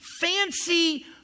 fancy